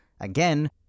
Again